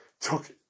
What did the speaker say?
took